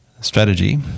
strategy